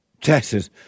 Texas